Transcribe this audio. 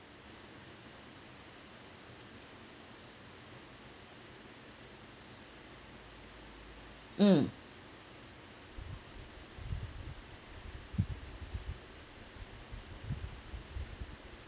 mm